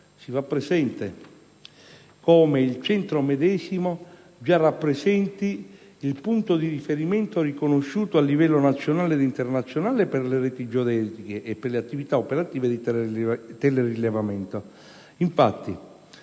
si fa presente come il Centro medesimo già rappresenti il punto di riferimento riconosciuto a livello nazionale ed internazionale per le reti geodetiche e per le attività operative di telerilevamento.